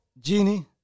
Genie